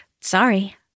Sorry